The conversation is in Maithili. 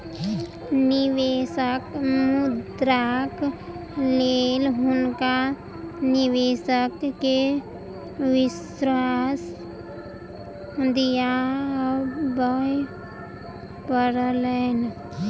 निवेशक मुद्राक लेल हुनका निवेशक के विश्वास दिआबय पड़लैन